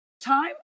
time